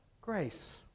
grace